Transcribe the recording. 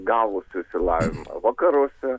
gavusių išsilavinimą vakaruose